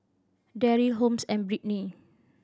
Darryl Holmes and Brittney